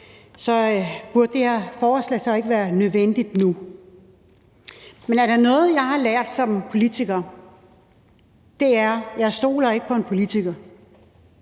burde det her forslag så ikke være nødvendigt nu. Men er der noget, jeg har lært som politiker, så er det, at jeg ikke stoler på en politiker,